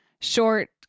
short